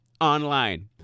online